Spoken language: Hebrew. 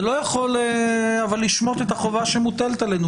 זה יכול לשמוט את החובה שמוטלת עלינו,